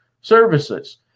services